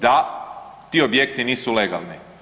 Da, ti objekti nisu legalni.